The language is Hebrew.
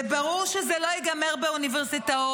זה ברור שזה לא ייגמר באוניברסיטאות,